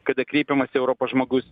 kada kreipiamasi į europos žmogaus